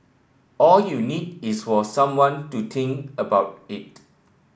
all you need is for someone to think about it